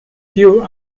pure